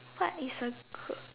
what is a good